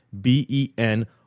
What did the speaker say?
B-E-N